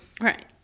Right